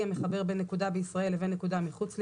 המחבר בין נקודה בישראל לבין נקודה מחוץ לישראל,